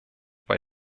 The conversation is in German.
bei